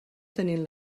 tenint